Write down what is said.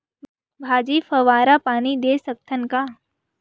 भाजी फवारा पानी दे सकथन का?